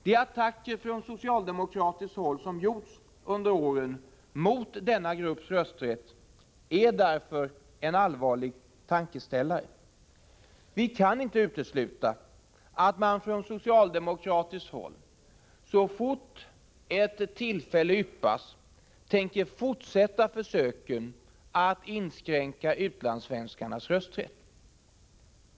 De attacker från socialdemokratiskt håll som gjorts under åren mot denna grupps rösträtt är därför en allvarlig tankeställare. Vi kan inte utesluta att man från socialdemokratiskt håll, så fort ett tillfälle yppas, tänker fortsätta försöken att inskränka utlandssvenskarnas rösträtt.